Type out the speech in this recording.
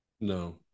No